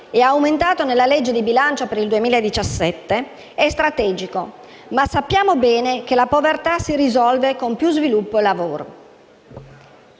e aumentato nella legge di bilancio per il 2017, è strategico, ma sappiamo bene che la povertà si risolve con più sviluppo e lavoro.